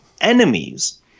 enemies